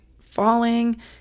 falling